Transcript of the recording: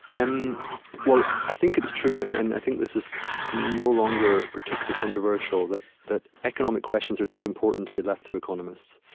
well, i think it's true, and and i think this is no longer particularly controversial, that that economic questions are too important to be left to economists,